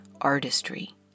artistry